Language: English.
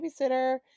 babysitter